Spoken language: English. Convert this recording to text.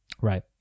right